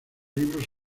libros